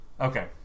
Okay